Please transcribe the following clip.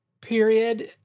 period